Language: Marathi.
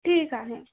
ठीक आहे